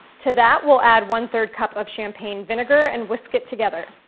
to that, we'll add one third cup of champagne vinegar and whisk it together.